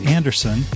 Anderson